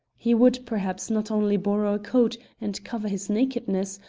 he would, perhaps, not only borrow a coat and cover his nakedness,